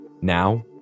now